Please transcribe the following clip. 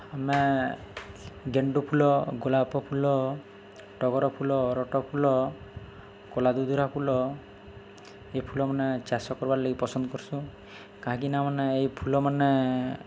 ଆମେ ଗେଣ୍ଡୁ ଫୁଲ ଗୋଲାପ ଫୁଲ ଟଗର ଫୁଲ ରଟ ଫୁଲ କଲାଦୁଦୁରା ଫୁଲ ଏ ଫୁଲ ମାନେ ଚାଷ କର୍ବାର୍ ଲାଗି ପସନ୍ଦ୍ କର୍ସୁଁ କାହିଁକିନା ମାନେ ଇ ଫୁଲମାନେ